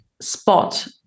spot